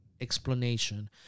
explanation